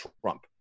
Trump